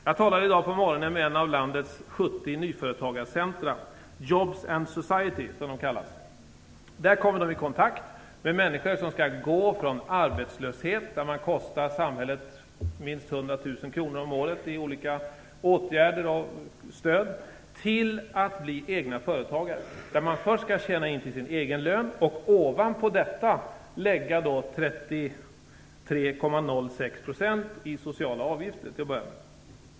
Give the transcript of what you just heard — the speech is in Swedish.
Jag talade i dag på morgonen med ett av landets Man kommer där i kontakt med människor som skall gå från arbetslöshet - som kostar samhället minst 100 000 kr om året för olika åtgärder och stöd - till att bli egna företagare som först skall tjäna in till sin egen lön och ovanpå detta lägga 33,06 % i sociala avgifter.